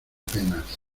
penas